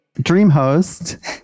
DreamHost